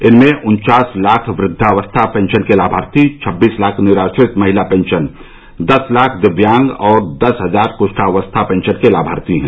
इनमें उन्वास लाख वृद्धावस्था पेंशन के लाभार्थी छब्बीस लाख निराश्रित महिला पेंशन दस लाख दिव्यांग और दस हजार कृष्ठावस्था पेंशन के लाभार्थी हैं